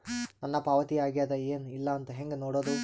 ನನ್ನ ಪಾವತಿ ಆಗ್ಯಾದ ಏನ್ ಇಲ್ಲ ಅಂತ ಹೆಂಗ ನೋಡುದು?